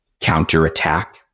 counterattack